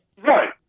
Right